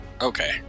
Okay